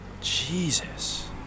Jesus